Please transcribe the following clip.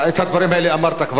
את הדברים האלה אמרת כבר אתמול.